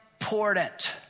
important